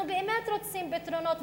אנחנו באמת רוצים פתרונות.